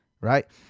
right